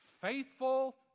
Faithful